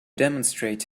demonstrate